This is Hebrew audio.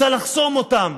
רוצה לחסום אותם.